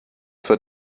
für